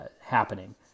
happening